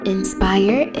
Inspire